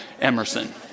Emerson